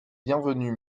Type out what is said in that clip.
bienvenu